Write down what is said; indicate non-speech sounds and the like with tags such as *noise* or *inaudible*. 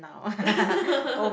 *laughs*